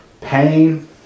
pain